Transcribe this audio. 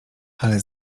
ale